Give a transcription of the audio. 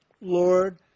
Lord